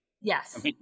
yes